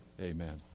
amen